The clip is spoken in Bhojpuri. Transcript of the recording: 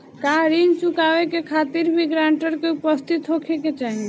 का ऋण चुकावे के खातिर भी ग्रानटर के उपस्थित होखे के चाही?